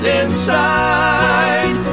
inside